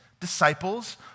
Disciples